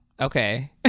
Okay